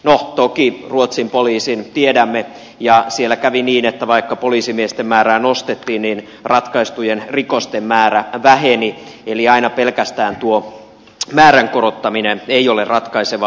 toki ruotsin poliisin tiedämme ja siellä kävi niin että vaikka poliisimiesten määrää nostettiin ratkaistujen rikosten määrä väheni eli aina pelkästään tuo määrän korottaminen ei ole ratkaisevaa